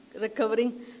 recovering